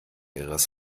ihres